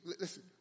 listen